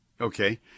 Okay